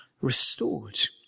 restored